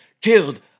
killed